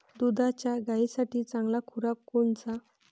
दुधाच्या गायीसाठी चांगला खुराक कोनचा?